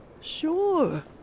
Sure